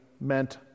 meant